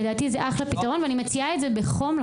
לדעתי זה אחלה פתרון ואני מציעה את זה בחום,